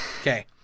Okay